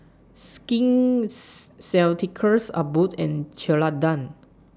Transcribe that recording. Skin Ceuticals Abbott and Ceradan